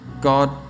God